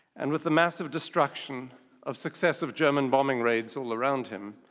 and with the massive destruction of successive german bombing raids all around him,